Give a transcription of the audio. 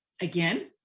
again